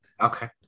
okay